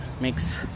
makes